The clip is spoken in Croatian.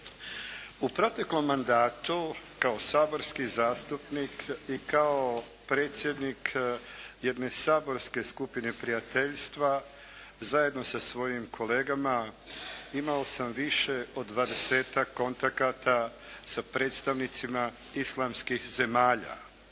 U proteklom mandatu kao saborski zastupnik i kao jedne saborske skupine prijateljstva zajedno sa svojim kolegama imao sam više od dvadesetak kontakata sa predstavnicima islamskih zemalja.